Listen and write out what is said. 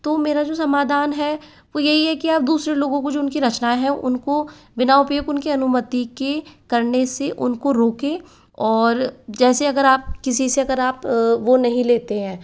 तो मेरा जो समाधान है वो यही है कि आप दूसरे लोगों को जो उन की रचना है उन को बिना उपयोग उन की अनुमती के करने से उन को रोकें और जैसे अगर आप किसी से अगर आप वो नहीं लेते हैं